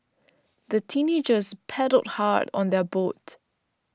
the teenagers paddled hard on their boat